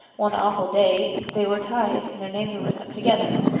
one awful day they were ties and their names were written up together.